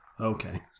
Okay